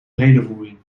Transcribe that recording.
redevoering